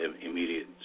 immediate